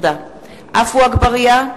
(קוראת בשמות חברי הכנסת) עפו אגבאריה,